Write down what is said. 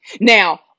Now